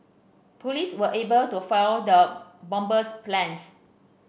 police were able to foil the bomber's plans